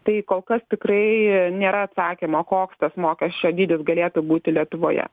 tai kol kas tikrai nėra atsakymo koks tas mokesčio dydis galėtų būti lietuvoje